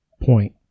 point